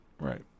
right